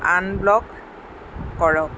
unblock কৰক